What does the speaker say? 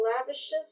lavishes